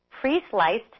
pre-sliced